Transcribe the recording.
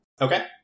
okay